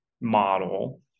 model